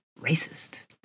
racist